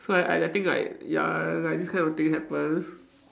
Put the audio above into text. so I I I think like ya like this kind of thing happens